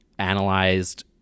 analyzed